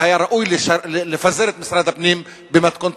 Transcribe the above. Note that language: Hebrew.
והיה ראוי לפזר את משרד הפנים במתכונתו,